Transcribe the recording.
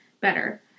better